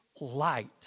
light